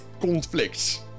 conflicts